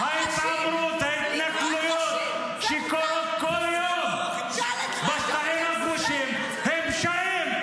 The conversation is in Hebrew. זה מותר ----- ההתנכלויות שקורות כל יום בשטחים הכבושים הן פשעים.